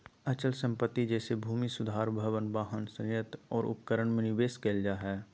अचल संपत्ति जैसे भूमि सुधार भवन, वाहन, संयंत्र और उपकरण में निवेश कइल जा हइ